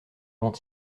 avant